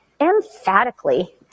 emphatically